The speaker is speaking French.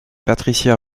patricia